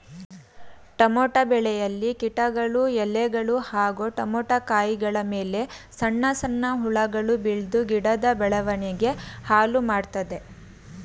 tomato ಬೆಳೆಯಲ್ಲಿ ಕೀಟಗಳು ಎಲೆಗಳು ಹಾಗೂ ಟಮೋಟ ಕಾಯಿಗಳಮೇಲೆ ಸಣ್ಣ ಸಣ್ಣ ಹುಳಗಳು ಬೆಳ್ದು ಗಿಡದ ಬೆಳವಣಿಗೆ ಹಾಳುಮಾಡ್ತದೆ